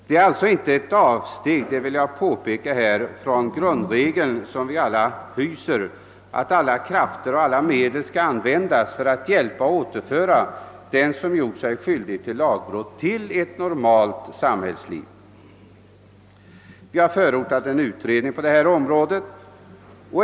Det är alltså inte fråga om ett avsteg — det vill jag särskilt påpeka — från den grundregel som vi alla är överens om, nämligen att alla krafter och alla medel skall användas för att hjälpa och återföra dem, som begått lagbrott, till ett normalt samhällsliv. Vi har förordat en utredning på detta område.